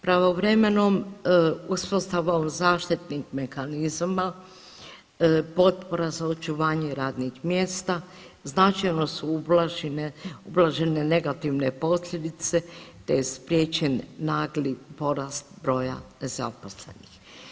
Pravovremenom uspostavom zaštitnih mehanizama, potpora za očuvanje radnih mjesta značajno su ublažene negativne posljedice te je spriječen nagli porast broja nezaposlenih.